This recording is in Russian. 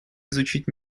изучить